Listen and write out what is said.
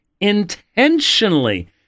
intentionally